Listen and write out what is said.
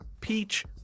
peach